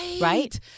Right